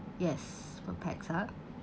yes per pax ah